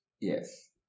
Yes